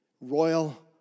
royal